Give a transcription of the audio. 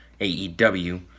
AEW